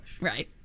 Right